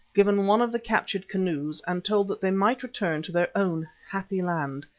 given one of the captured canoes and told that they might return to their own happy land.